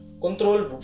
control